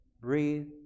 breathe